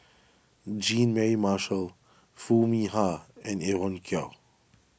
Jean May Marshall Foo Mee Har and Evon Kow